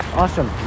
awesome